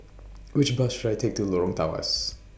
Which Bus should I Take to Lorong Tawas